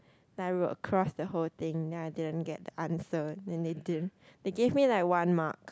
like I will across the whole thing ya then I didn't get the answer then they didn't they give me like one mark